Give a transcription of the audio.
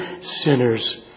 sinners